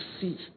see